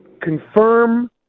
confirm